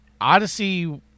Odyssey